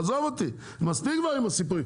עזוב אותי, מספיק כבר עם הסיפורים.